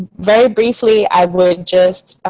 very briefly, i would just ah